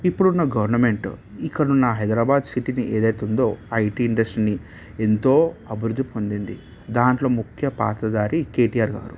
ఇప్పుడ ఉన్న గవర్నమెంట్ ఇక్కడ ఉన్న హైదరాబాద్ సిటీని ఏదైతే ఉందో ఐటి ఇండస్ట్రీని ఎంతో అభివృద్ధి పొందింది దాంట్లో ముఖ్య పాత్రధారి కేటీఆర్ గారు